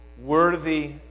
worthy